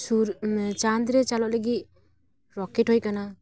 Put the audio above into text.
ᱥᱩᱨ ᱢᱟᱱᱮ ᱪᱟᱸᱫᱽ ᱨᱮ ᱪᱟᱞᱟᱜ ᱞᱟᱹᱜᱤᱫ ᱨᱚᱠᱮᱴ ᱦᱩᱭ ᱟᱠᱟᱱᱟ